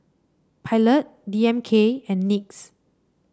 Pilot D M K and NYX